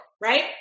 right